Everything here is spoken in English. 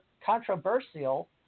controversial